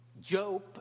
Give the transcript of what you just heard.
Job